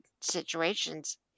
situations